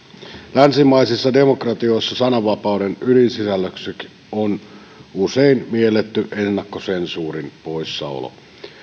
länsimaisissa demokratioissa sananvapauden ydinsisällöksi on usein mielletty ennakkosensuurin poissaolo